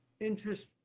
interest